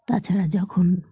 তাছাড়া যখন